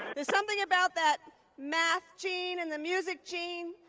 there's something about that math gene and the music gene.